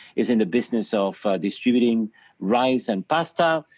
is in the business of distributing rice and pasta.